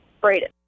Braden